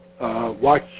Watch